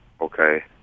okay